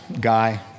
guy